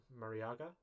Mariaga